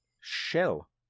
Shell